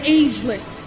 ageless